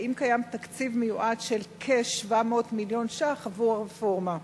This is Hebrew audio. האם קיים תקציב מיועד של כ-700 מיליון שקלים עבור הרפורמה?